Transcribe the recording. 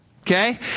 okay